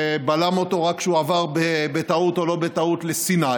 ובלם אותו רק כשעבר בטעות או לא בטעות לסיני.